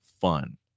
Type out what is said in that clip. fun